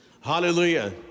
Hallelujah